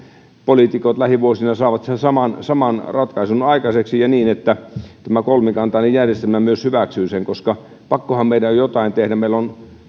poliitikot lähivuosina saavat saman saman ratkaisun aikaiseksi ja niin että tämä kolmikantainen järjestelmä myös hyväksyy sen koska pakkohan meidän on jotain tehdä vaikka meillä on